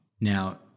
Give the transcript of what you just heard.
Now